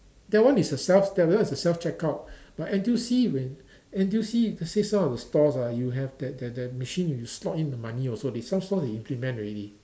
that one is a self that one is a self check out but N_T_U_C when N_T_U_C I see some of the stores ah you have that that that machine you slot in the money also they some store they implement already